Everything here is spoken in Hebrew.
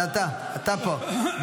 זה אתה, אתה פה.